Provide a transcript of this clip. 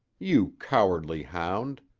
you cowardly hound,